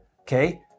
okay